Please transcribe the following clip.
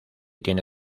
tiene